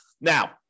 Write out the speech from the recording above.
Now